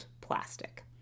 plastic